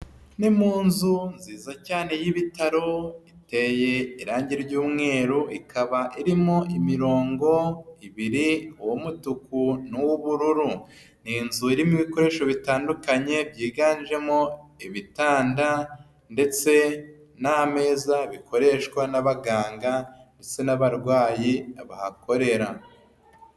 Ni mu nzu nziza cyane y'ibitaro, iteye irangi ry'umweru, ikaba irimo imirongo ibiri uw'umutuku n'uw'ubururu. Ni inzu irimo ibikoresho bitandukanye byiganjemo ibitanda ndetse n'ameza bikoreshwa n'abaganga ndetse n'abarwayi bahakorera.